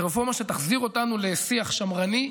רפורמה תחזיר אותנו לשיח שמרני,